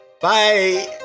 Bye